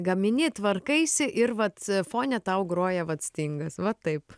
gamini tvarkaisi ir vat fone tau groja vat stingas va taip